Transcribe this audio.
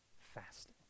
fasting